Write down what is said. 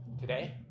Today